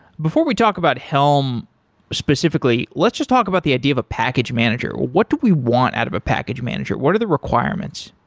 before we talk about helm specifically, let's just talk about the idea of a package manager. what do we want out of a package manager? what are the requirements?